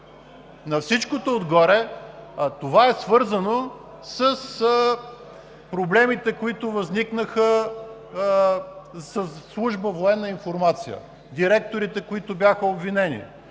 На всичкото отгоре това е свързано с проблемите, които възникнаха със Служба „Военна информация“ – директорите, които бяха обвинени,